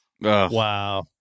wow